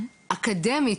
אקדמית,